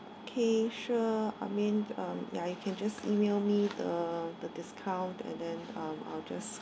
K sure I mean um ya you can just email me the the discount and then um I'll just